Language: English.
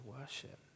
worship